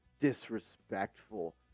disrespectful